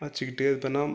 வெச்சிக்கிட்டே இருப்பென்னாம்